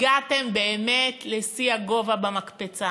הגעתם באמת לשיא הגובה במקפצה.